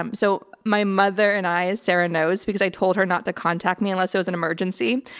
um so my mother and i, as sarah knows, because i told her not to contact me unless it was an emergency.